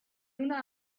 una